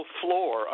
floor